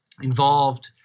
involved